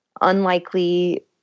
unlikely